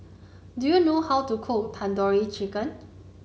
do you know how to cook Tandoori Chicken